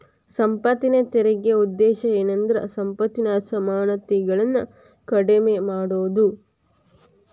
ಸಂಪತ್ತಿನ ತೆರಿಗೆ ಉದ್ದೇಶ ಏನಂದ್ರ ಸಂಪತ್ತಿನ ಅಸಮಾನತೆಗಳನ್ನ ಕಡಿಮೆ ಮಾಡುದು